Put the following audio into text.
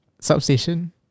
substation